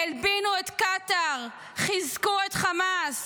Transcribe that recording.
הלבינו את קטאר, חיזקו את חמאס